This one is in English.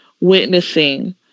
witnessing